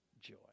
joy